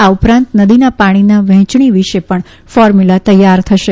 આ ઉપરાંત નદીના પાણીની વહેંચણી વિશે પણ ફોર્મ્યુલા તૈયાર કરાશે